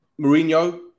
Mourinho